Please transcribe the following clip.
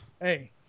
hey